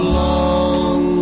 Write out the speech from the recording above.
long